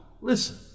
listen